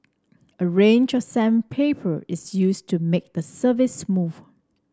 a range of sandpaper is used to make the surface smooth